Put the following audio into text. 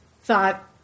thought